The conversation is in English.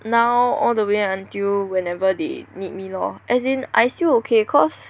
now all the way until whenever they need me lor as in I still okay cause